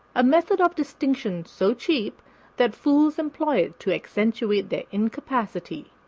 a method of distinction so cheap that fools employ it to accentuate their incapacity.